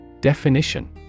Definition